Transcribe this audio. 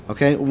Okay